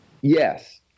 Yes